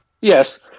yes